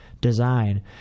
design